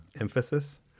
Emphasis